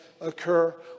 occur